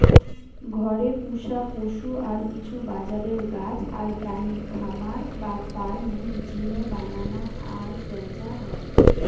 ঘরে পুশা পশু আর কিছু বাজারের গাছ আর প্রাণী খামার বা ফার্ম এর জিনে বানানা আর ব্যাচা হয়